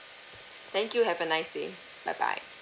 thank you have a nice day bye bye